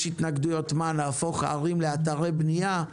יש התנגדויות מה, נהפוך ערים לאתרי בנייה?